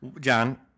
John